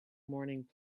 morning